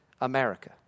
America